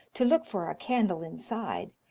to look for a candle inside.